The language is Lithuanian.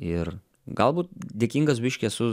ir galbūt dėkingas biškį esu